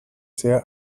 sea